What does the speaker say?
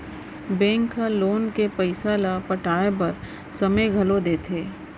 bank ह loan के पइसा ल पटाए बर समे घलो देथे